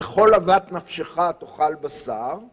כל אהבת נפשך תאכל בשר